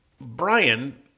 Brian